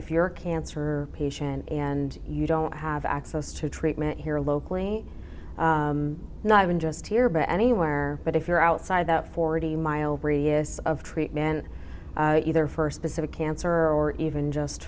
if you're a cancer patient and you don't have access to treatment here locally not even just here but anywhere but if you're outside that forty mile radius of treat men either first pacific cancer or even just